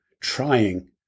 trying